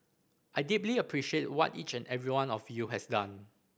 I deeply appreciate what each and every one of you has done